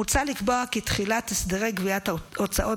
מוצע לקבוע את תחילת הסדרי גביית ההוצאות